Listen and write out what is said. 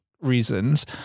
reasons